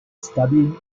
studying